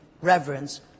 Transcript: reverence